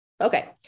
Okay